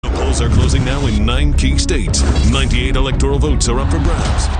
התוצאות עכשיו ב-19 מדינות ראשונות. 98 בחירות אלקטוריאליות עבור צד מסיום.